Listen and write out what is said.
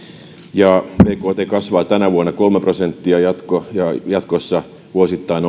ja bkt kasvaa tänä vuonna kolme prosenttia ja jatkossa vuosittain